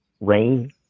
rain